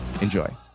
Enjoy